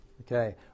Okay